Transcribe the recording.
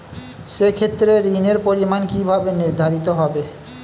সে ক্ষেত্রে ঋণের পরিমাণ কিভাবে নির্ধারিত হবে?